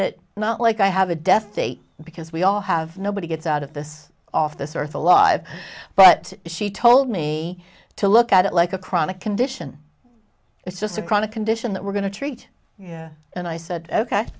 it not like i have a death date because we all have nobody gets out of this off this earth a live but she told me to look at it like a chronic condition it's just a chronic condition that we're going to treat and i said ok